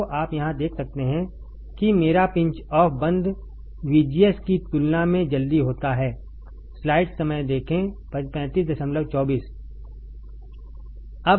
तो आप यहाँ देख सकते हैं कि मेरा पिंच ऑफ बंद VGS की तुलना में जल्दी होता है